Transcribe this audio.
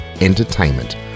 entertainment